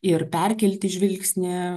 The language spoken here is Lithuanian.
ir perkelti žvilgsnį